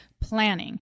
planning